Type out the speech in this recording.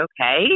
okay